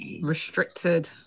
Restricted